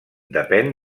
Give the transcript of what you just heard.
depèn